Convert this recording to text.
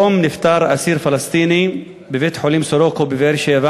היום נפטר אסיר פלסטיני בבית-החולים סורוקה בבאר-שבע